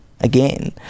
again